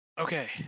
Okay